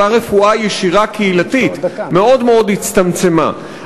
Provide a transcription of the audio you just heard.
אותה רפואה ישירה קהילתית מאוד מאוד הצטמצמה.